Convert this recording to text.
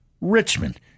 Richmond